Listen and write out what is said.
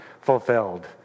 fulfilled